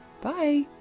Bye